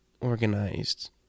organized